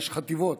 יש חטיבות.